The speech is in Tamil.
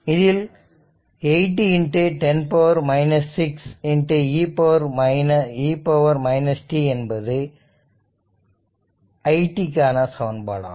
இதில் 80 10 6 e t என்பது it க்கான சமன்பாடு ஆகும்